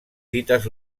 dites